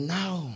now